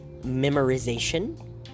memorization